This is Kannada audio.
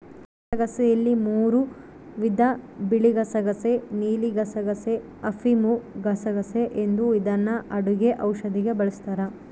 ಗಸಗಸೆಯಲ್ಲಿ ಮೂರೂ ವಿಧ ಬಿಳಿಗಸಗಸೆ ನೀಲಿಗಸಗಸೆ, ಅಫಿಮುಗಸಗಸೆ ಎಂದು ಇದನ್ನು ಅಡುಗೆ ಔಷಧಿಗೆ ಬಳಸ್ತಾರ